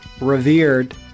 revered